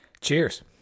Cheers